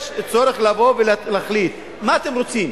יש צורך לבוא ולהחליט מה אתם רוצים,